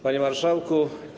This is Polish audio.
Panie Marszałku!